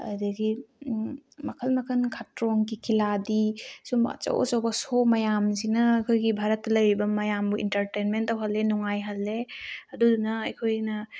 ꯑꯗꯒꯤ ꯃꯈꯜ ꯃꯈꯜ ꯈꯇ꯭ꯔꯣꯡꯀꯤ ꯈꯤꯂꯥꯔꯤ ꯁꯨꯝꯕ ꯑꯆꯧ ꯑꯆꯧꯕ ꯁꯣ ꯃꯌꯥꯝꯁꯤꯅ ꯑꯩꯈꯣꯏꯒꯤ ꯚꯥꯔꯠꯇ ꯂꯩꯔꯤꯕ ꯃꯌꯥꯝꯕꯨ ꯏꯟꯇꯔꯇꯦꯟꯃꯦꯟ ꯇꯧꯍꯜꯂꯦ ꯅꯨꯡꯉꯥꯏꯍꯜꯂꯦ ꯑꯗꯨꯗꯨꯅ ꯑꯩꯈꯣꯏꯅ